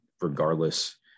regardless